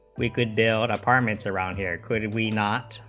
we could build apartments around here could we not